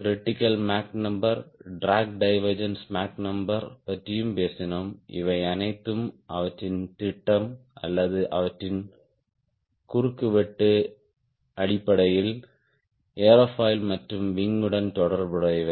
critical Mach number drag divergence Mach number பற்றியும் பேசினோம் இவை அனைத்தும் அவற்றின் திட்டம் அல்லது அவற்றின் குறுக்குவெட்டு அடிப்படையில் ஏரோஃபாயில் மற்றும் விங் யுடன் தொடர்புடையவை